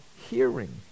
hearing